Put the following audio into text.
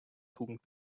tugend